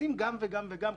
צריך לעשות גם וגם וגם,